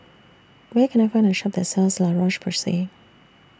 Where Can I Find A Shop that sells La Roche Porsay